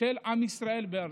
של עם ישראל בארצו.